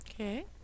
Okay